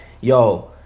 yo